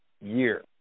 year